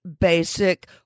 basic